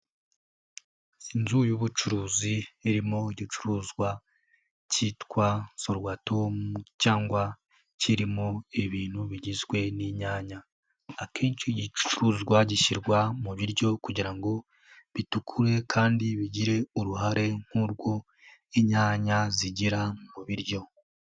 Inzu y'ubucuruzi irimo igicuruzwa kitwa sorwatomu cyangwa kirimo ibintu bigizwe n'inyanya. Akenshi igicuruzwa gishyirwa mu biryo kugira ngo bitukure kandi bigire uruhare nk'urwo inyanya zigira mu biryo.